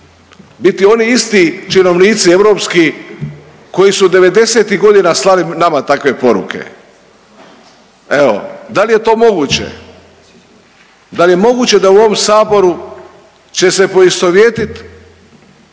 biti oni isti činovnici europski koji su '90.-tih godina slali nama takve poruke. Evo, da li je to moguće, dal je moguće da u ovom saboru će se poistovjetit